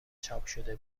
چاپشده